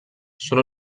són